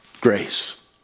grace